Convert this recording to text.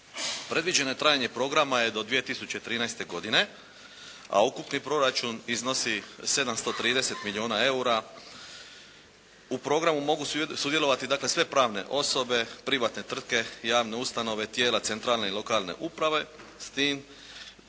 Predviđeno trajanje programa je do 2013. godine a ukupni proračun iznosi 730 milijuna eura. U programu mogu sudjelovati dakle svi pravne osobe, privatne tvrtke, javne ustanove, tijela centralne i lokalne uprave s tim